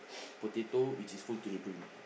potato which is full to the brim